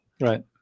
Right